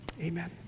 amen